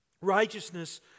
Righteousness